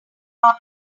out